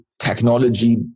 technology